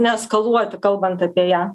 neeskaluoti kalbant apie ją